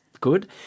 good